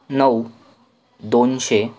नऊ दोनशे